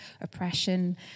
oppression